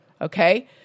Okay